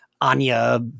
Anya